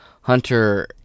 Hunter